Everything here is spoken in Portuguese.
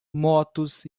motos